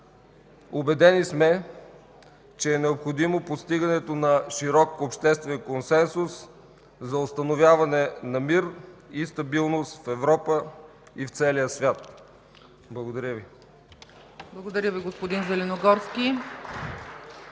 Убедени сме, че е необходимо постигането на широк обществен консенсус за установяване на мир и стабилност в Европа и в целия свят. Благодаря Ви.